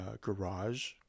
garage